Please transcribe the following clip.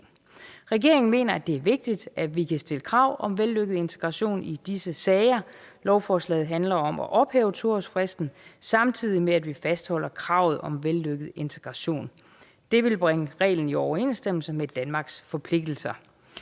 Regeringen mener, det er vigtigt, at vi kan stille krav om vellykket integration i disse sager. Lovforslaget handler om at ophæve 2-årsfristen, samtidig med at vi fastholder kravet om vellykket integration. Det vil bringe reglen i overensstemmelse med Danmarks forpligtelser.